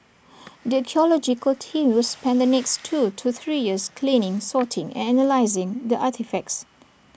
the archaeological team will spend the next two to three years cleaning sorting and analysing the artefacts